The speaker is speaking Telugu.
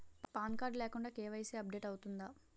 పాన్ కార్డ్ లేకుండా కే.వై.సీ అప్ డేట్ అవుతుందా?